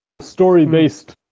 Story-based